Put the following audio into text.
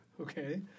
Okay